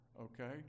Okay